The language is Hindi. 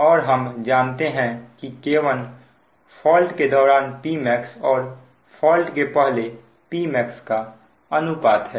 और हम जानते हैं कि K1 फॉल्ट के दौरान Pmax और फॉल्ट के पहले Pmax का अनुपात है